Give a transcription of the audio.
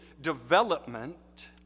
development